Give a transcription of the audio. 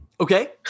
Okay